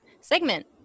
segment